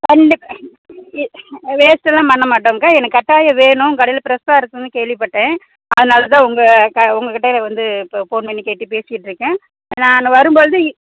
கண்டிப்பாக வேஸ்டுலாம் பண்ண மாட்டோங்க எனக்கு கட்டாயம் வேணும் உங்கள் கடையில் ஃபிரெஷாக இருக்குதுன்னு கேள்விப்பட்டேன் அதனால தான் உங்கள் க உங்கள் கடையில் வந்து இப்போ ஃபோன் பண்ணி கேட்டு பேசிட்டுருக்கேன் நான் வரும் பொழுது